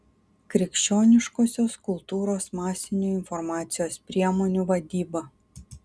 krikščioniškosios kultūros masinių informacijos priemonių vadyba